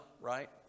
right